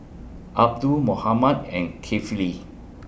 Abdul Muhammad and Kefli